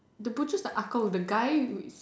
the butchers are ah Kong with the guy